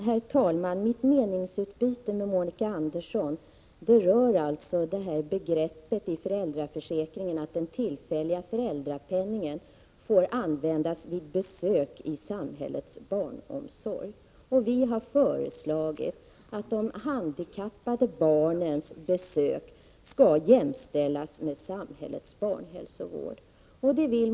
Herr talman! Mitt meningsutbyte med Monica Andersson gäller detta att den tillfälliga föräldrapenningen får användas vid besök i samhällets barnomsorg. Vi har föreslagit att de handikappade barnens besök skall jämställas med samhällets barnhälsovård.